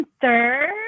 third